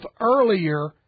earlier